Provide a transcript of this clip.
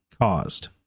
caused